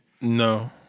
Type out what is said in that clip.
No